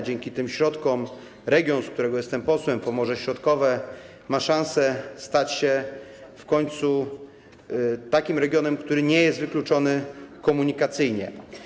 Dzięki tym środkom region, z którego jestem posłem, Pomorze Środkowe, ma szansę stać się w końcu takim regionem, który nie jest wykluczony komunikacyjnie.